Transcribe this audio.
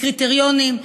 לקריטריונים,